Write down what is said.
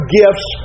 gifts